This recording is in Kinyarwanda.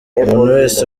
wese